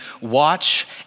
watch